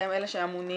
אתם אלה שאמונים,